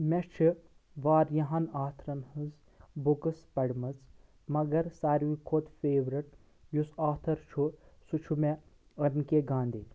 مےٚ چھِ واریَہن آتھرَن ہٕنٛز بُکٕس پَرِمَژ مگر ساروٕے کھۄتہٕ فیورِٹ یُس آتَھر چھُ سُہ چھُ مےٚ اَیٚم کے گاندھی